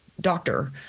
doctor